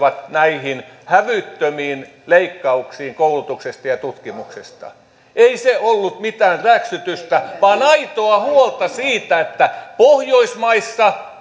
näihin hävyttömiin leikkauksiin koulutuksesta ja ja tutkimuksesta ei se ollut mitään räksytystä vaan aitoa huolta siitä että pohjoismaissa